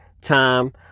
time